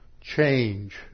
change